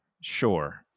sure